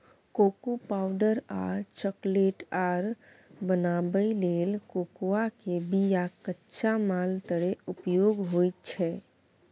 cocoa powder और chocolate आर बनाबइ लेल कोकोआ के बिया कच्चा माल तरे उपयोग होइ छइ